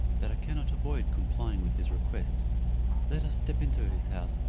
that i cannot avoid complying with his request let us step into his house,